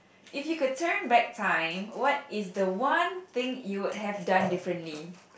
if you could turn back time what is the one thing you would have done differently